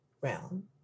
realm